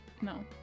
No